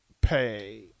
pay